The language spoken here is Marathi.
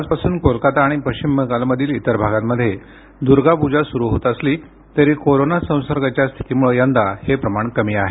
आजपासून कोलकता आणि पश्चिम बंगालमधील इतर भागांमध्ये दुर्गा पूजा सुरू होत असली तरी कोरोना संसर्गाच्या स्थितीमुळं यंदा हे प्रमाण कमी आहे